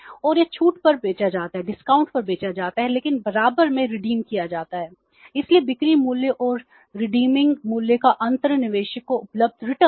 और यह छूट पर बेचा जाता है लेकिन बराबर में भुनाया जाता है इसलिए बिक्री मूल्य और रिडीमिंग मूल्य का अंतर निवेशक को उपलब्ध रिटर्न है